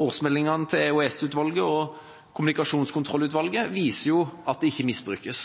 Årsmeldingene til både EOS-utvalget og Kommunikasjonskontrollutvalget viser at det ikke misbrukes.